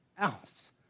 ounce